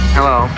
Hello